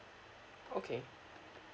okay